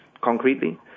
concretely